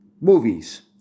Movies